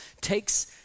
takes